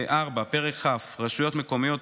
פרק כ' רשויות מקומיות,